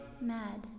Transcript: mad